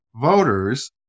voters